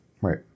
right